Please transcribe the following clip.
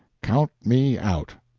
count me out.